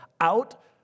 out